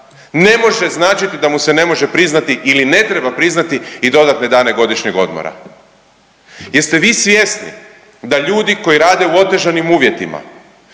ne može značiti da mu se ne može priznati ili ne treba priznati i dodatne dane godišnjeg odmora. Jeste vi svjesni da ljudi koji rade u otežanim uvjetima